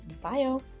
bio